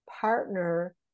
partner